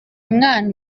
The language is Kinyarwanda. mwana